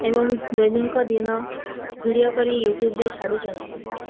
ଏବଂ ଦୈନିିକ ଦିନ ଭିଡ଼ିଓ କରି ୟୁଟ୍ୟୁବ୍ରେ ଛାଡ଼ୁଛନ୍ତି